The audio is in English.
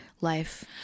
life